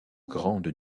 grande